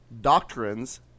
Doctrines